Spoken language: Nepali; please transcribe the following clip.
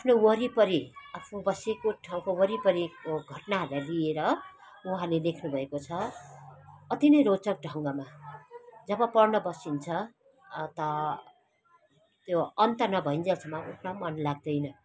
आफ्नो वरिपरि आफू बसेको ठाउँको वरिपरिको घटनाहरूलाई लिएर उहाँले लेख्नुभएको छ अति नै रोचक ढङ्गमा जब पढ्न बसिन्छ अत त्यो अन्त नभइन्जेलसम्म उठ्न मन लाग्दैन